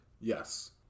Yes